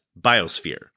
Biosphere